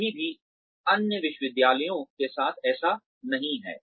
अभी भी अन्य विश्वविद्यालयों के साथ ऐसा नही है